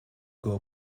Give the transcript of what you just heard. girl